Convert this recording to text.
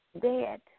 Dead